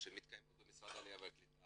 שמתקיימות במשרד העלייה והקליטה,